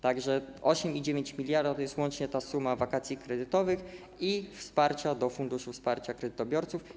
Tak że 8,9 mld to jest łącznie ta suma wakacji kredytowych i wsparcia dla Funduszu Wsparcia Kredytobiorców.